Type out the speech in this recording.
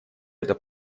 это